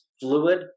fluid